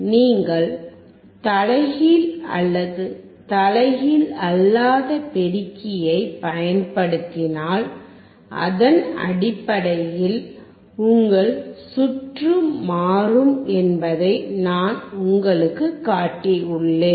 நீங்கள் தலைகீழ் அல்லது தலைகீழ் அல்லாத பெருக்கியைப் பயன்படுத்தினால் அதன் அடிப்படையில் உங்கள் சுற்று மாறும் என்பதை நான் உங்களுக்குக் காட்டியுள்ளேன்